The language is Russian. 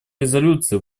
резолюции